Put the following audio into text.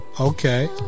Okay